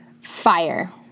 Fire